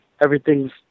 Everything's